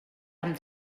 amb